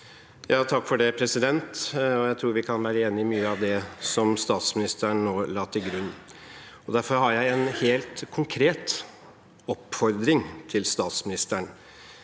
(KrF) Jeg tror vi kan være enig i mye av det som statsministeren nå la til grunn. Derfor har jeg en helt konkret oppfordring til statsministeren: